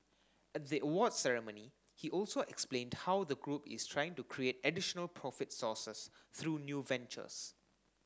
at the awards ceremony he also explained how the group is trying to create additional profit sources through new ventures